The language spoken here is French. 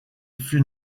fut